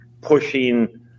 pushing